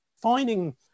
Finding